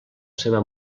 seva